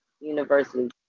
University